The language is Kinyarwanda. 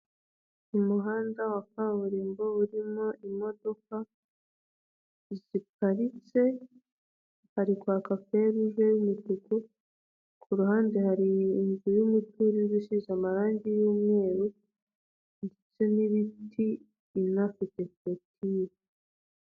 Umuhanda wa kaburimbo urimo imodoka ziparitse, hari kwa feruje y'umutuku, kuruhande hari inzu y'umuturirwa usize amarangi y'umweru ndetse n'ibiti, inafite korotire.